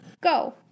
Go